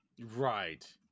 Right